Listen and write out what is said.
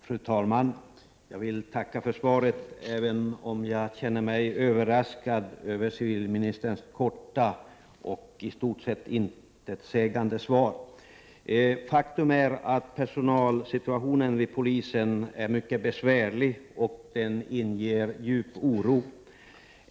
Fru talman! Jag vill tacka för svaret, även om jag känner mig överraskad över civilministerns korta och i stort sett intetsägande svar. Faktum är att personalsituationen vid polisen är mycket besvärlig och inger djup oro.